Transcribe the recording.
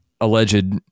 alleged